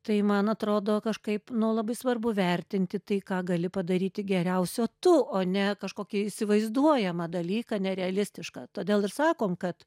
tai man atrodo kažkaip nu labai svarbu vertinti tai ką gali padaryti geriausio tu o ne kažkokį įsivaizduojamą dalyką nerealistišką todėl ir sakom kad